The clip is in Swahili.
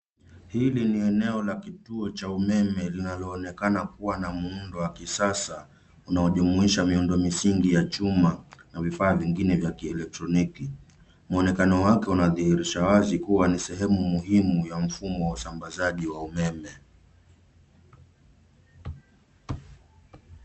Hili ni eneo la kituo cha umeme linaloonekana kuwa na muundo wa kisasa unaojumuisha miundo misingi ya chuma na vifaa vingine vya kielektroniki. Mwonekano wake unadhihirisha wazi kuwa ni sehemu muhimu ya mfumo wa usambazaji wa umeme.